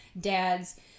dad's